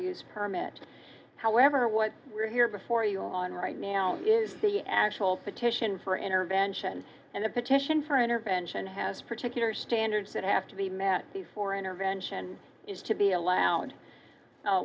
use permit however what we're here before you on right now is the actual petition for intervention and the petition for intervention has particular standards that have to be met before intervention is to be allowed